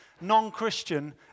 Non-Christian